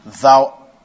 thou